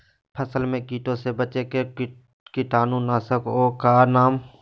फसल में कीटों से बचे के कीटाणु नाशक ओं का नाम?